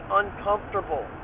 uncomfortable